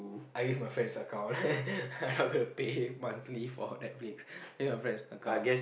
I use my friend's account I'm not gonna pay monthly for Netflix use my friend's account